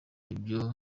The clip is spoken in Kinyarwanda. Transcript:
ibyo